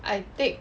I take